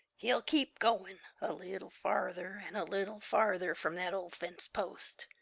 he'll keep going, a little farther and a little farther from that old fence-post.